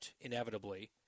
inevitably